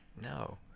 No